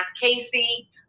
Casey